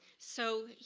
so,